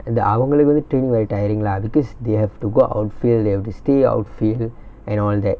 இந்த அவங்களுக்கு வந்து:intha avangalukku vanthu training very tiring lah because they have to go outfield they have to stay outfield and all that